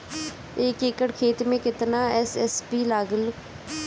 एक एकड़ खेत मे कितना एस.एस.पी लागिल?